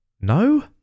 No